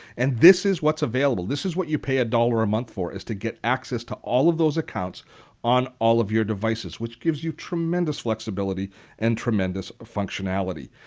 and this is what's available. this is what you pay a dollar a month for, to get access to all of those accounts on all of your devices which gives you tremendous flexibility and tremendous functionality.